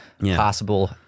possible